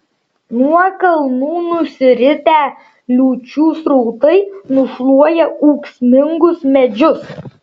nuo kalnų nusiritę liūčių srautai nušluoja ūksmingus medžius